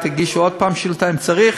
תגישו עוד פעם שאילתה, אם צריך,